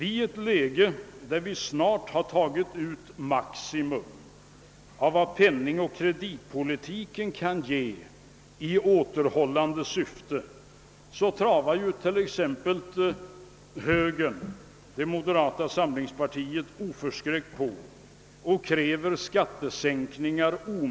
I en situation där vi snart har tagit ut ett maximum av vad penningoch kreditpolitiken förmår i återhållande syfte travar t.ex. moderata samlingspartiet oförskräckt på och kräver omedelbara skattesänkningar.